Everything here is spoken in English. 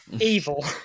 evil